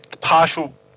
partial